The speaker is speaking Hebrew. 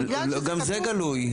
גם זה גלוי.